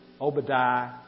Obadiah